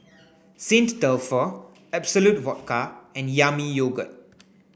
St Dalfour Absolut Vodka and Yami Yogurt